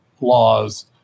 laws